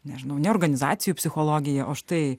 nežinau ne organizacijų psichologija o štai